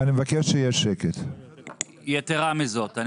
יתרה מזאת.